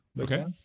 okay